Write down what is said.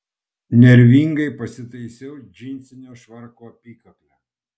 nervingai pasitaisiau džinsinio švarko apykaklę